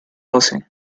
doce